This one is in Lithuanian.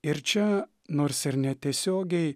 ir čia nors ir netiesiogiai